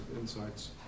insights